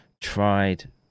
tried